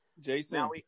Jason